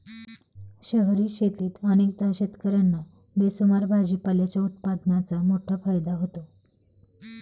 शहरी शेतीत अनेकदा शेतकर्यांना बेसुमार भाजीपाल्याच्या उत्पादनाचा मोठा फायदा होतो